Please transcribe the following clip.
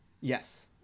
Yes